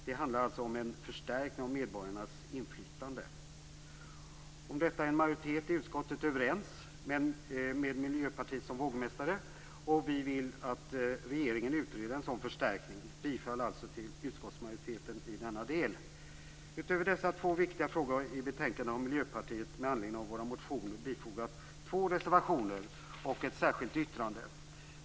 Det handlar alltså om en förstärkning av medborgarnas inflytande. Om detta är en majoritet i utskottet, med Miljöpartiet som vågmästare, överens. Vi vill att regeringen utreder en sådan förstärkning. Jag yrkar alltså bifall till utskottsmajoritetens hemställan i denna del. Utöver dessa två viktiga frågor i betänkandet har Miljöpartiet med anledning av våra motioner bifogat två reservationer och ett särskilt yttrande.